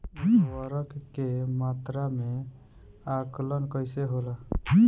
उर्वरक के मात्रा में आकलन कईसे होला?